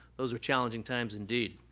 those were challenging times indeed.